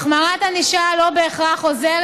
החמרת ענישה לא בהכרח עוזרת.